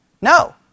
No